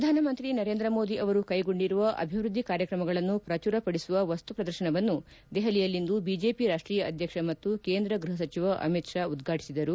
ಪ್ರಧಾನ ಮಂತ್ರಿ ನರೇಂದ್ರ ಮೋದಿ ಅವರು ಕೈಗೊಂಡಿರುವ ಅಭಿವೃದ್ದಿ ಕಾರ್ಯಕ್ರಮಗಳನ್ನು ಪ್ರಚುರ ಪಡಿಸುವ ವಸ್ತು ಪ್ರದರ್ಶನವನ್ನು ದೆಹಲಿಯಲ್ಲಿಂದು ಬಿಜೆಪಿ ರಾಷ್ಟೀಯ ಅಧ್ಯಕ್ಷ ಮತ್ತು ಕೇಂದ್ರ ಗೃಹ ಸಚಿವ ಅಮಿತ್ ಶಾ ಉದ್ಘಾಟಿಸಿದರು